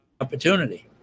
opportunity